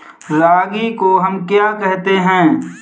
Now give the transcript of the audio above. रागी को हम क्या कहते हैं?